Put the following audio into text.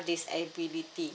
disability